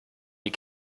wie